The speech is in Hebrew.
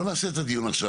לא נעשה את הדיון עכשיו,